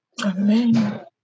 Amen